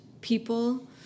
people